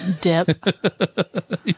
dip